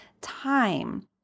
time